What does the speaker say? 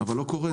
אבל זה לא קורה.